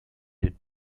did